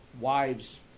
wives